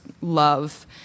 Love